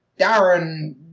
Darren